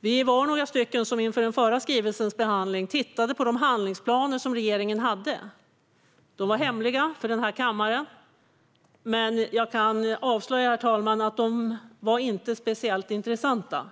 Vi var några som inför behandlingen av förra skrivelsen tittade på de handlingsplaner som regeringen hade. De var hemliga för den här kammaren. Men jag kan avslöja att de inte var speciellt intressanta.